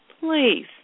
please